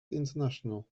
international